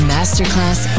Masterclass